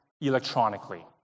electronically